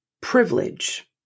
privilege